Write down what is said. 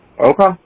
Okay